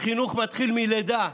החינוך מתחיל מלידה,